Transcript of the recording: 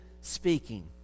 speaking